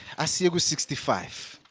us it was sixty five